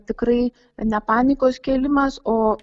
tikrai ne panikos kėlimas o